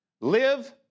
Live